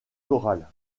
chorales